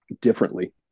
differently